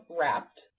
wrapped